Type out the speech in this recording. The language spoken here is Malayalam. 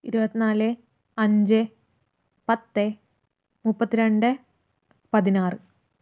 ഇരുപത്തിനാല് അഞ്ച് പത്ത് മുപ്പത്തിരണ്ട് പതിനാറ്